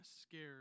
scared